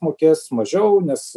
mokės mažiau nes